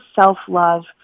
self-love